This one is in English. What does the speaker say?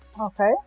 Okay